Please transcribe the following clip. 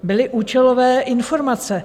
Byly účelové informace.